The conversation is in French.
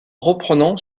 reprenant